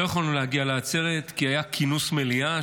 לא יכולנו להגיע לעצרת כי היה כינוס מליאה,